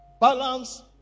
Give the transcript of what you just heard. balance